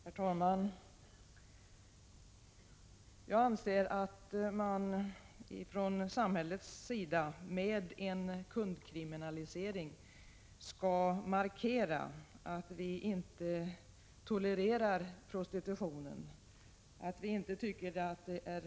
Herr talman! Jag anser att man från samhällets sida med en kundkriminalisering skall markera att vi inte tolererar prostitution, att vi inte tycker att det Prot.